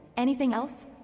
anything else?